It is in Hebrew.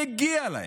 מגיע להם.